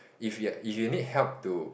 if you're if you need help to